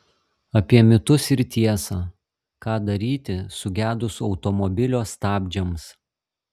apie mitus ir tiesą ką daryti sugedus automobilio stabdžiams